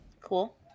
cool